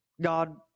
God